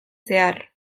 zehar